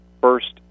first